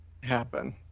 happen